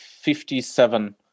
fifty-seven